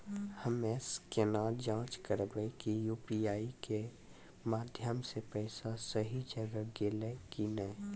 हम्मय केना जाँच करबै की यु.पी.आई के माध्यम से पैसा सही जगह गेलै की नैय?